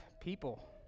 people